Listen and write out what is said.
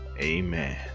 Amen